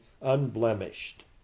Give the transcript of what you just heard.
unblemished